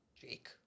Jake